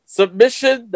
submission